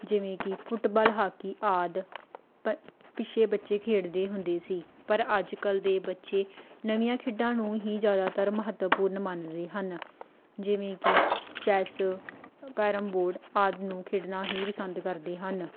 ਜਿਵੇਂ ਕਿ football hockey ਆਦਿ ਪ ਪਿਛਲੇ ਬੱਚੇ ਖੇਡਦੇ ਹੁੰਦੇ ਸੀ ਪਰ ਅੱਜ ਕੱਲ੍ਹ ਦੇ ਬੱਚੇ ਨਵੀਆਂ ਖੇਡਾਂ ਨੂੰ ਹੀ ਜ਼ਿਆਦਾਤਰ ਮਹੱਤਵਪੂਰਨ ਮੰਨਦੇ ਹਨ ਜਿਵੇਂ ਕਿ ਚੈਸ ਕੈਰਮ ਬੋਰਡ ਆਦਿ ਨੂੰ ਖੇਡਣਾ ਹੀ ਪਸੰਦ ਕਰਦੇ ਹਨ